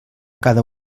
cada